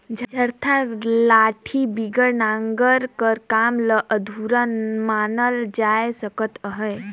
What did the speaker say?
इरता लाठी बिगर नांगर कर काम ल अधुरा मानल जाए सकत अहे